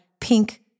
pink